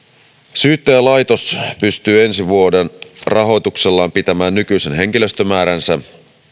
syyttäjälaitos pystyy ensi vuoden rahoituksellaan pitämään nykyisen henkilöstömääränsä